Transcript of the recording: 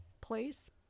place